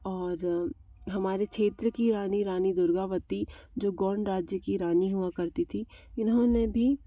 और हमारे क्षेत्र की रानी रानी दुर्गावती जो गौंड राज्य की रानी हुआ करती थी इन्होंने भी